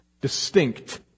distinct